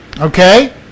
okay